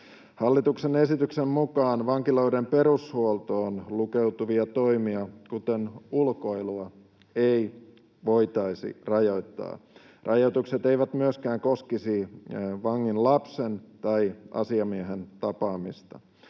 Hallituksen esityksen mukaan vankiloiden perushuoltoon lukeutuvia toimia, kuten ulkoilua, ei voitaisi rajoittaa. Rajoitukset eivät myöskään koskisi vangin lapsen tai asiamiehen tapaamista.